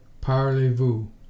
parlez-vous